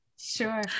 Sure